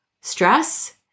stress